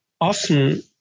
often